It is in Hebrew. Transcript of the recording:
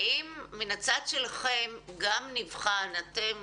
האם מן הצד שלכם גם נבחנת אתם,